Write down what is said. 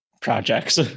projects